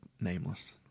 nameless